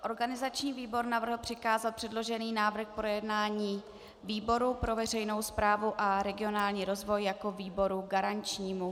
Organizační výbor navrhl přikázat předložený návrh k projednání výboru pro veřejnou správu a regionální rozvoj jako výboru garančnímu.